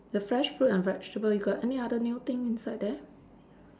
the fresh fruit and vegetable you got any other new thing inside there